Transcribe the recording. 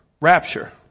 Rapture